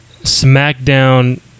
SmackDown